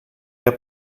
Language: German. der